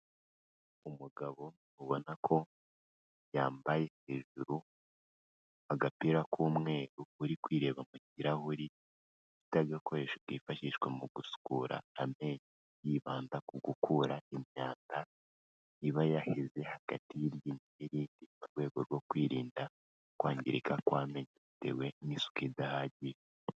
Umugabo ubona ko, yambaye hejuru, agapira k'umweru, uri kwireba mu kirahuri, ufite agakoresho kifashishwa mu gusukura amenyo, yibanda ku gukura imyanda iba yaheze hagati y'iryinyo n'irindi, mu rwego rwo kwirinda, kwangirika kw'amenyo bitewe n'isuku idahagije.